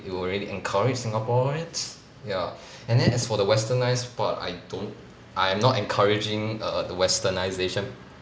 it will really encourage singaporeans ya and then as for the westernised part I don't I am not encouraging err the westernisation